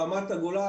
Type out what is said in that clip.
ברמת הגולן,